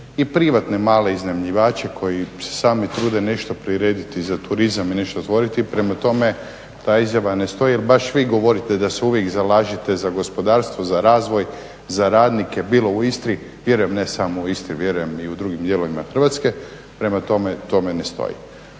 i privatne male iznajmljivače koji se sami trude nešto prirediti za turizam i nešto stvoriti. Prema tome ta izjava ne stoji jel baš vi govorite da se uvijek zalažete za gospodarstvo, za razvoj, za radnike bilo u Istri, vjerujem ne samo u Istri, vjerujem i u drugim dijelovima Hrvatske, prema tome to ne stoji.